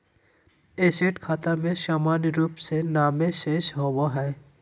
asset खाता में सामान्य रूप से नामे शेष होबय हइ